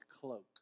cloak